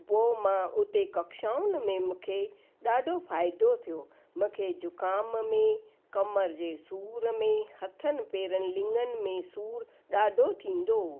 पोइ मां उते कक्षाउनि में मूंखे ॾाढो फ़ाइदो थियो मूंखे जुखाम में कमर जे सूर में हथनि पेरनि लिंङनि में सूर ॾाढो थींदो